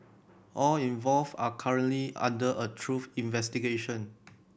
all involved are currently under a through investigation